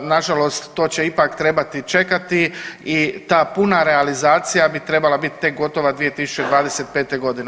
Na žalost to će ipak trebati čekati i ta puna realizacija bi trebala biti tek gotova 2025. godine.